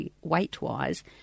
weight-wise